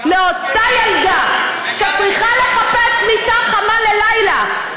לאותה ילדה שצריכה לחפש מיטה חמה ללילה.